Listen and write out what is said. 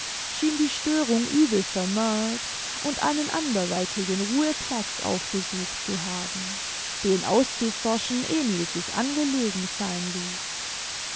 schien die störung übel vermerkt und einen anderweitigen ruhe platz aufgesucht zu haben den auszuforschen emil sich angelegen sein ließ